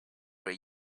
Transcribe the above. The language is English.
were